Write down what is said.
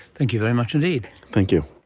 thank you very much indeed. thank you.